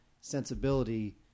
sensibility